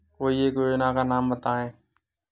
कोई एक योजना का नाम बताएँ?